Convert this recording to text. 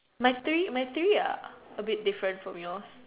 my three my three uh a bit different from yours